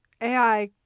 AI